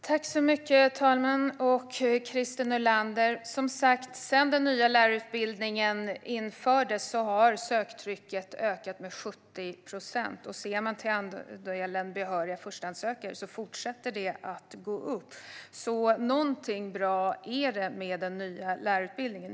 Fru talman! Sedan den nya lärarutbildningen infördes har söktrycket som sagt ökat med 70 procent. Sett till andelen behöriga förstahandssökande fortsätter siffran också att gå upp, så någonting är bra med den nya lärarutbildningen.